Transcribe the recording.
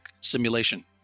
simulation